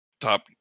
top